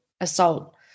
assault